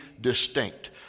distinct